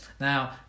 Now